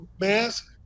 mask